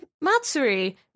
Matsuri